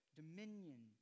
dominion